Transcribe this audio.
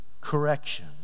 correction